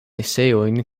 eseojn